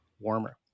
warmer